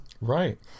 Right